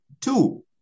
Two